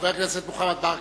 חבר הכנסת מוחמד ברכה.